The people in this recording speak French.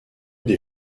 des